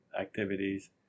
activities